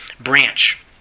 branch